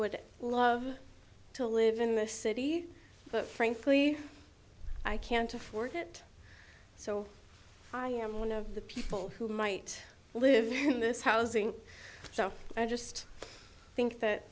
would love to live in the city but frankly i can't afford it so i am one of the people who might live in this housing so i just think that